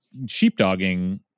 sheepdogging